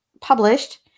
published